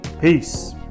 Peace